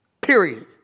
Period